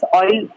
oil